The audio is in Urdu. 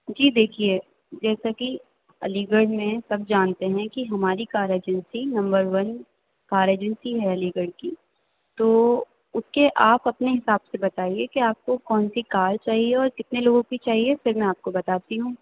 جی دیکھیے جیسا کہ علی گڑھ میں سب جانتے ہیں کہ ہماری car agency number one car agency ہے علی گڑھ کی تو اُس کے آپ اپنے حساب سے بتائیے کہ آپ کو کون سی کار چاہیے اور کتنے لوگوں کی چاہیے پھر میں آپ کو بتاتی ہوں